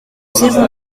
zéro